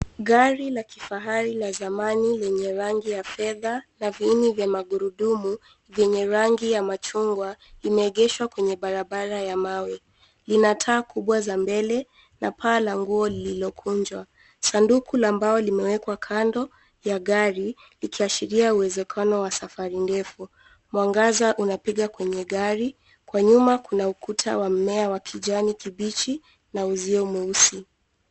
Gari la kifahari la zamani lenye rangi ya fedha na viini vya magurudumu vyenye rangi ya machungwa imeegeshwa kwenye barabara ya mawe. Ina taa kubwa za mbele na paa la nguo lililokunjwa. Sanduku la mbao limewekwa kando ya gari likiashiria uwezekano wa safari ndefu. Mwangaza unapiga kwenye gari. Kwa nyuma kuna ukuta wa mmea wa kijani kibichi na uzio mweusi.